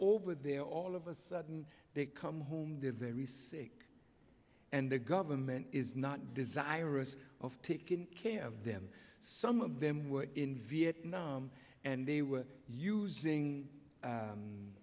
over there all of a sudden they come home they're very sick and the government is not desirous of taking care of them some of them were in vietnam and they were using